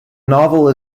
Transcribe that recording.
novel